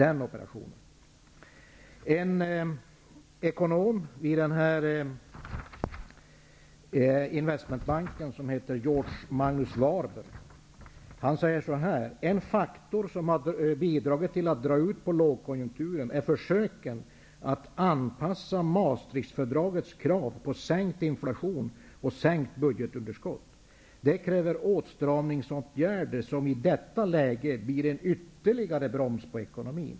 En ekonom vid den nämnda investmentbanken som heter Gerorge Magnus säger att en faktor ''som bidragit till att dra ut på lågkonjunkturen är försöken att anpassa sig till Maastrichtfördragets krav på sänkt inflation och sänkta budgetunderskott. Det kräver åtstramningsåtgärder'', säger han vidare, ''som i detta läge blir en ytterligare broms på ekonomin.''